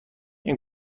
این